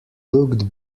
looked